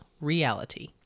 reality